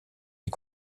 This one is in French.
est